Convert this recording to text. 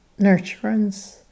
nurturance